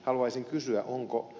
haluaisin kysyä onko ed